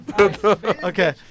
Okay